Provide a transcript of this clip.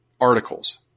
articles